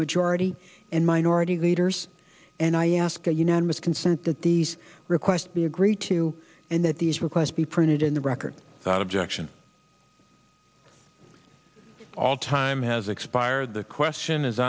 majority and minority leaders and i ask unanimous consent that these requests be agreed to and that these requests be printed in the record that objection all time has expired the question is